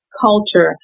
culture